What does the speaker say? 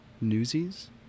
Newsies